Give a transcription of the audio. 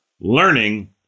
learning